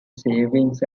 savings